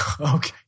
okay